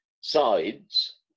sides